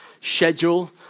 schedule